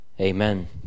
Amen